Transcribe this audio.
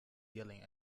yelling